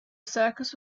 circus